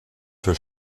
für